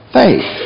faith